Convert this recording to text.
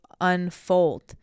unfold